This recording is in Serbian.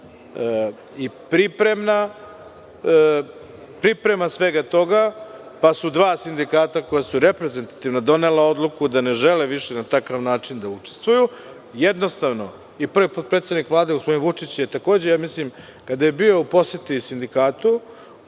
i priprema svega toga, pa su dva sindikata koja su reprezentativna donela odluku da ne žele više na takav način da učestvuju. Potpredsednik Vlade gospodin Vučić, je takođe, kada je bio u poseti sindikatu